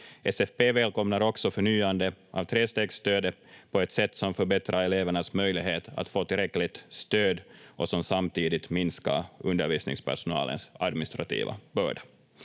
SFP välkomnar också förnyandet av trestegsstödet på ett sätt som förbättrar elevernas möjlighet att få tillräckligt stöd och som samtidigt minskar undervisningspersonalens administrativa börda.